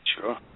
Sure